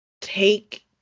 Take